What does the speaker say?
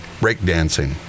breakdancing